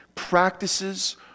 practices